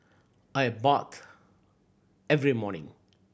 I bathe every morning